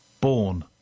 born